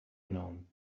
known